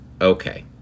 Okay